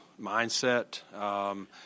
mindset